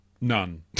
None